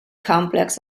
complex